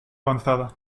avanzada